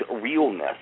realness